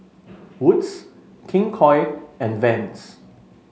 Wood's King Koil and Vans